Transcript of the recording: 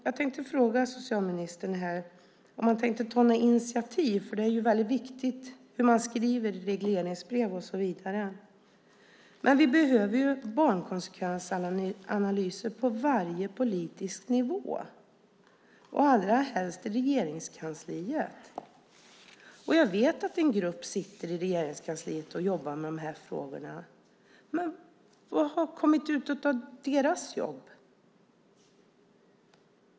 Jag tänkte fråga om socialministern tänker ta något initiativ här. Det är ju väldigt viktigt hur man skriver i regleringsbrev och så vidare. Vi behöver barnkonsekvensanalyser på varje politisk nivå, allra helst i Regeringskansliet. Jag vet att en grupp i Regeringskansliet jobbar med de här frågorna. Men vad har kommit ut av deras jobb?